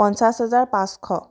পঞ্চাছ হাজাৰ পাঁচশ